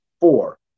Four